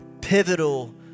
pivotal